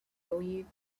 由于